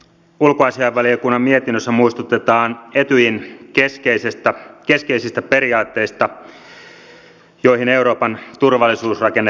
ulkoasiainvaliokunnan mietinnössä muistutetaan etyjin keskeisistä periaatteista joihin euroopan turvallisuusrakenne nojautuu